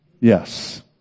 Yes